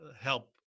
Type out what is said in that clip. help